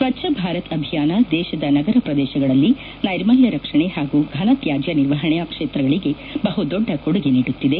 ಸ್ವಚ್ಚ ಭಾರತ್ ಅಭಿಯಾನ ದೇಶದ ನಗರ ಪ್ರದೇಶಗಳಲ್ಲಿ ನೈರ್ಮಲ್ಯ ರಕ್ಷಣೆ ಹಾಗೂ ಫನತ್ಯಾಜ್ಯ ನಿರ್ವಹಣಾ ಕ್ಷೇತ್ರಗಳಿಗೆ ಬಹುದೊಡ್ಡ ಕೊಡುಗೆ ನೀಡುತ್ತಿದೆ